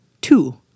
two